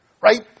Right